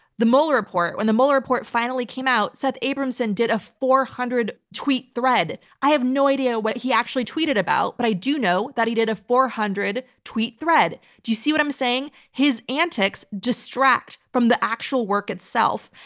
the mueller report. when the mueller report finally came out, seth abramson did a four hundred tweet thread. i have no idea what he actually tweeted about, but i do know that he did a four hundred tweet thread. do you see what i'm saying? his antics distract from the actual work itself,